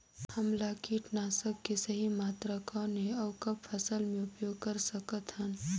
हमला कीटनाशक के सही मात्रा कौन हे अउ कब फसल मे उपयोग कर सकत हन?